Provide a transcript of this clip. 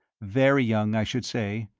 very young, i should say.